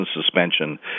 suspension